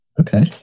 okay